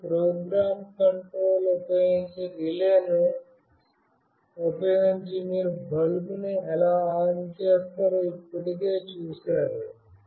మీరు program control ఉపయోగించి రిలేను ఉపయోగించి మీరు బల్బును ఎలా ఆన్ చేస్తారో ఇప్పటికే చూశారు